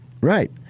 right